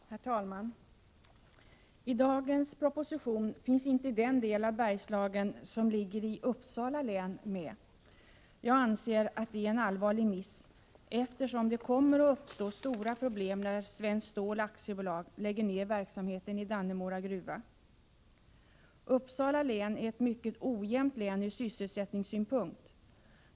Herr talman! I dagens proposition finns inte den del av Bergslagen som ligger i Uppsala län med. Jag anser att det är en allvarlig miss, eftersom det kommer att uppstå stora problem när Svenskt Stål AB, SSAB, lägger ned verksamheten i Dannemora gruva. Uppsala län är ett mycket ojämnt län ur sysselsättningssynpunkt.